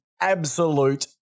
absolute